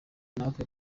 natwe